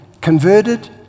converted